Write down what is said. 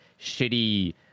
shitty